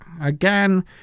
again